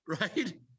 right